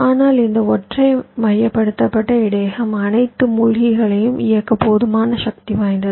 ஆனால் இந்த ஒற்றை மையப்படுத்தப்பட்ட இடையகம் அனைத்து மூழ்கிகளையும் இயக்க போதுமான சக்தி வாய்ந்தது